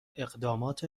اقدامات